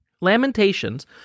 Lamentations